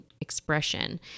expression